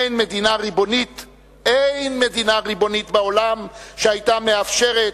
אין מדינה ריבונית בעולם שהיתה מאפשרת